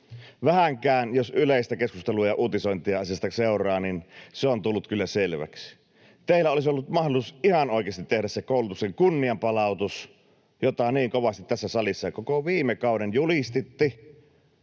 Vähänkään jos yleistä keskustelua ja uutisointia asiasta seuraa, se on tullut kyllä selväksi. Teillä olisi ollut mahdollisuus ihan oikeasti tehdä se koulutuksen kunnianpalautus, jota niin kovasti tässä salissa koko viime kauden julistitte